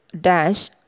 dash